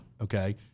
Okay